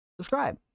subscribe